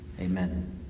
Amen